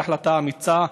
והחלטה אמיצה,